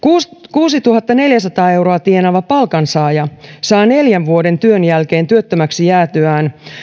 kuusituhattaneljäsataa euroa tienaava palkansaaja saa neljän vuoden työn jälkeen työttömäksi jäätyään